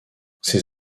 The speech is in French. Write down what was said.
ses